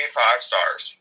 five-stars